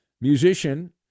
musician –